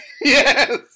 Yes